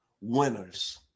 Winners